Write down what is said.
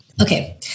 Okay